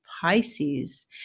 Pisces